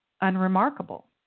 unremarkable